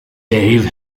dave